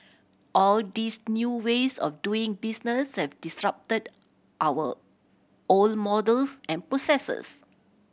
all these new ways of doing business have disrupted our old models and processes